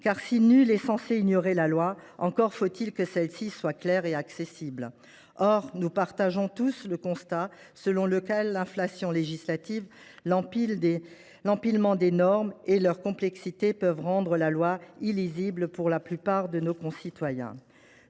Car si nul n’est censé ignorer la loi, encore faut il que celle ci soit claire et accessible. Or nous constatons tous que l’inflation législative, l’empilement des normes et leur complexité peuvent rendre la loi illisible pour la plupart de nos concitoyens.